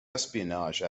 espionage